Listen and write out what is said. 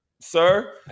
sir